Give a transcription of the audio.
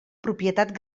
propietat